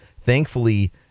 Thankfully